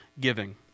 giving